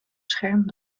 scherm